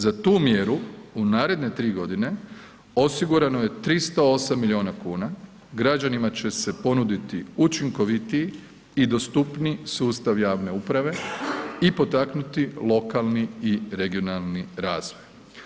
Za tu mjeru u naredne 3.g. osigurano je 308 milijuna kuna, građanima će se ponuditi učinkovitiji i dostupniji sustav javne uprave i potaknuti lokalni i regionalni razvoj.